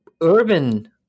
urban